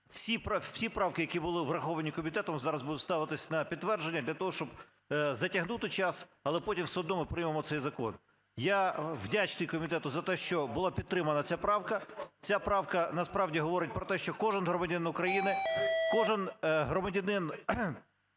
всі правки, які були враховані комітетом, зараз будуть ставитись на підтвердження для того, щоб затягнути час. Але потім все одно ми приймемо цей закон. Я вдячний комітету за те, що була підтримана ця правка. Ця правка насправді говорить про те, що кожний громадянин України, кожен громадянин,